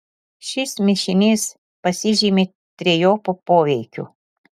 šis mišinys pasižymi trejopu poveikiu